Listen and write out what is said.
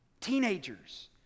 Teenagers